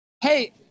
Hey